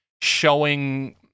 showing